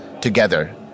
together